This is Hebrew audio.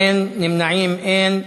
אין, נמנעים, אין.